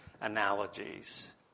analogies